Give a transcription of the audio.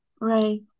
Right